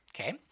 Okay